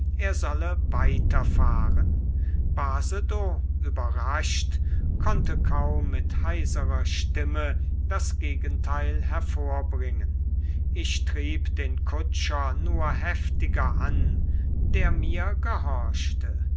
er solle weiter fahren basedow überrascht konnte kaum mit heiserer stimme das gegenteil hervorbringen ich trieb den kutscher nur heftiger an der mir gehorchte